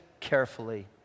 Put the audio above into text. carefully